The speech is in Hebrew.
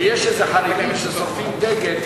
כשיש חרדים ששורפים דגל,